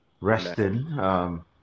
resting